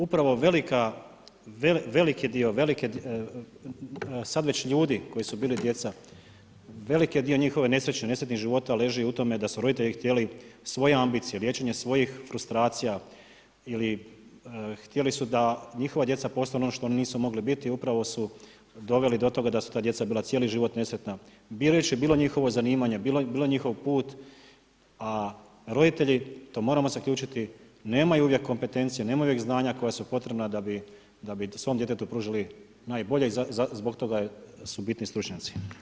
Upravo veliki dio sad već ljudi koji su bili djeca, veliki dio njihove nesreće, nesretnih života leži u tome da su roditelji htjeli svoje ambicije, liječenje svojih frustracija ili htjeli su da njihova djeca postanu ono što oni nisu mogli biti i upravo su doveli do toga da su ta djeca bila cijeli život nesretna, birajući bilo njihovo zanimanje, bilo njihov put, a roditelji, to moramo zaključiti, nemaju uvijek kompetencije, nemaju uvijek znanja koja su potrebna da bi svom djetetu pružili najbolje i zbog toga su bitni stručnjaci.